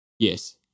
Yes